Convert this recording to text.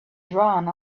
drawn